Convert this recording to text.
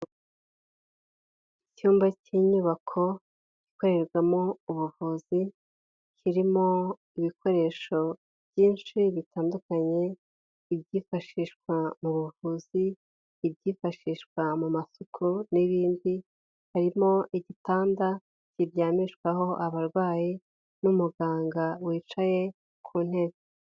Icyumba cy'inyubako ikorerwamo ubuvuzi, kirimo ibikoresho byinshi bitandukanye, ibyifashishwa mu buvuzi, ibyifashishwa mu masuku n'ibindi, harimo igitanda kiryamishwaho abarwayi n'umuganga wicaye ku ntebe.